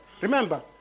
Remember